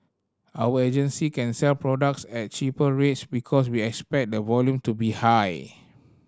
our agency can sell products at cheaper rates because we expect the volume to be high